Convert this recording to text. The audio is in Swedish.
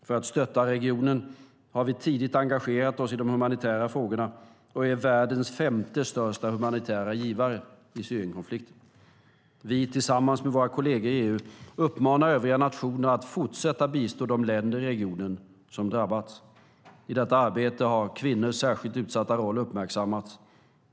För att stötta regionen har vi tidigt engagerat oss i de humanitära frågorna och är världens femte största humanitära givare i Syrienkonflikten. Vi, tillsammans med våra kolleger i EU, uppmanar övriga nationer att fortsätta bistå de länder i regionen som drabbats. I detta arbete har kvinnors särskilt utsatta roll uppmärksammats.